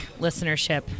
listenership